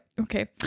okay